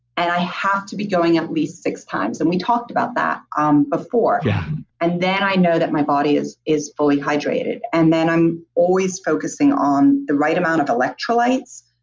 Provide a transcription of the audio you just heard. and i have to be going at least six times and we talked about that um before yeah and then i know that my body is is fully hydrated and then i'm always focusing on the right amount of electrolytes.